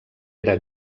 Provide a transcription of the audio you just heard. era